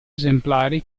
esemplari